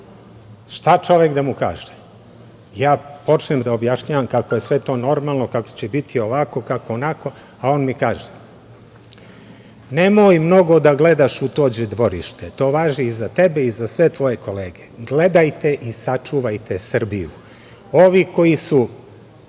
Šta čovek da mu kaže? Ja počnem da objašnjavam kako je sve to normalno, kako će biti ovako, kako onako, a on mi kaže – nemoj mnogo da gledaš u tuđe dvorište, to važi i za tebe i za sve tvoje kolege, gledajte i sačuvajte Srbiju, ovi koji su